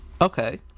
Okay